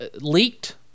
Leaked